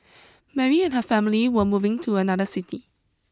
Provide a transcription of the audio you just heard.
Mary and her family were moving to another city